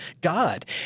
God